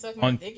on